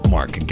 Mark